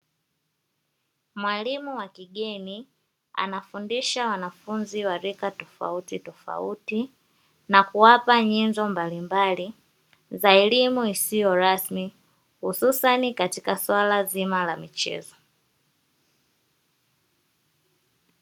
Mwalimu wa kigeni anafundisha wanafunzi wa rika tofauti tofauti na kuwapa nyenzo mbalimbali za elimu isiyo rasmi, hususani katika suala zima la michezo.